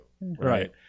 Right